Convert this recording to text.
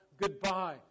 Goodbye